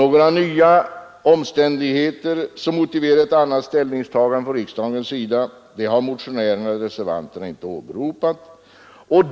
Några nya omständigheter som motiverar ett annat ställningstagande av riksdagen har motionärerna och reservanterna inte åberopat.